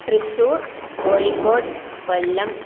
Thrissur Kozhikode Kollam